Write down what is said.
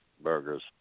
burgers